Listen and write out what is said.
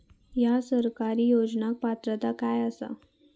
हया सरकारी योजनाक पात्रता काय आसा?